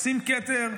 עושים כתר,